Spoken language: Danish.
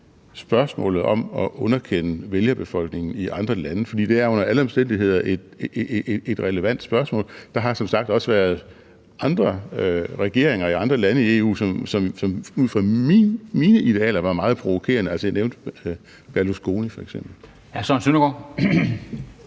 spørgsmålet om at underkende vælgerbefolkningen i andre lande, for det er under alle omstændigheder et relevant spørgsmål. Der har som sagt også været andre regeringer i andre lande i EU, som ud fra mine idealer var meget provokerende; jeg nævnte f.eks. Silvio Berlusconi.